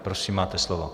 Prosím, máte slovo.